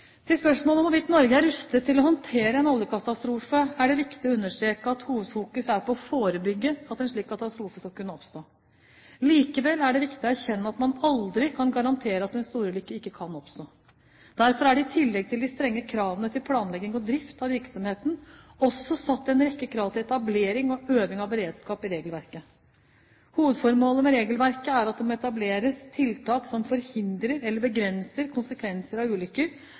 Til spørsmålet om hvorvidt Norge er rustet til å håndtere en oljekatastrofe, er det viktig å understreke at hovedfokus er på å forebygge at en slik katastrofe skal kunne oppstå. Likevel er det viktig å erkjenne at man aldri kan garantere at en storulykke ikke kan oppstå. Derfor er det i tillegg til de strenge kravene til planlegging og drift av virksomheten også satt en rekke krav til etablering og øving av beredskap i regelverket. Hovedformålet med regelverket er at det må etableres tiltak som forhindrer eller begrenser konsekvenser av ulykker